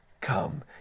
come